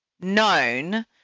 known